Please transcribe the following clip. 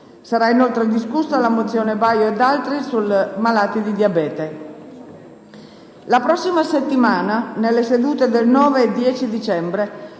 Sarà inoltre discussa la mozione Baio ed altri sui malati di diabete. La prossima settimana, nelle sedute del 9 e 10 dicembre,